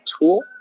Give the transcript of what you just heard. tool